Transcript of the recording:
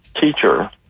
teacher